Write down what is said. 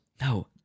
No